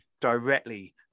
directly